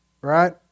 Right